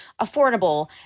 affordable